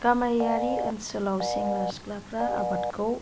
गामियारि ओनसोलाव सेंग्रा सिख्लाफ्रा आबादखौ